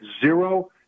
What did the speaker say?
Zero